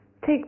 Take